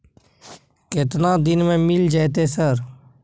केतना दिन में मिल जयते सर?